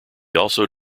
also